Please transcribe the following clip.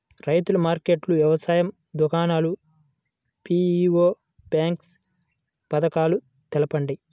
రైతుల మార్కెట్లు, వ్యవసాయ దుకాణాలు, పీ.వీ.ఓ బాక్స్ పథకాలు తెలుపండి?